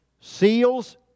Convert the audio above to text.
Seals